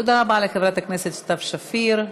תודה רבה לחברת הכנסת סתיו שפיר.